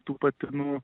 tų patinų